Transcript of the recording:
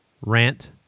rant